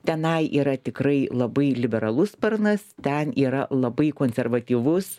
tenai yra tikrai labai liberalus sparnas ten yra labai konservatyvus